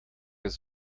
ist